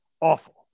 Awful